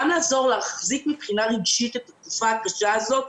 גם להחזיק מבחינה רגשית את התקופה הקשה הזאת,